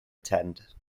attend